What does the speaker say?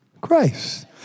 Christ